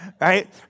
Right